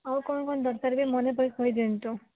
ଆଉ କ'ଣ କ'ଣ ଦରକାର କି ମନେ ପକେଇ କହିଦିଅନ୍ତୁ